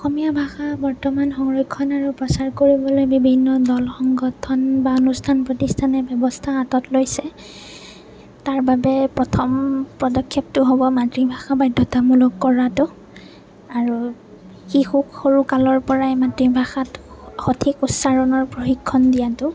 অসমীয়া ভাষা বৰ্তমান সংৰক্ষণ আৰু প্ৰচাৰ কৰিবলৈ বিভিন্ন দল সংগঠন বা অনুষ্ঠান প্ৰতিষ্ঠানে ব্যৱস্থা হাতত লৈছে তাৰ বাবে প্ৰথম প্ৰদক্ষেপটো হ'ব মাতৃভাষা বাধ্য়তামূলক কৰাটো আৰু শিশুক সৰুকালৰ পৰাই মাতৃভাষাত সঠিক উচ্চাৰণৰ প্ৰশিক্ষণ দিয়াটো